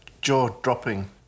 jaw-dropping